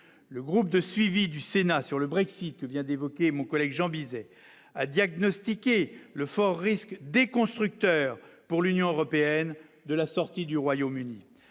le groupe de suivi du Sénat sur le Brexit que vient d'évoquer mon collègue Jean Bizet a diagnostiqué le fort risque des constructeurs pour l'Union européenne, de la sortie du Royaume-Uni